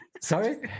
Sorry